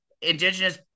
indigenous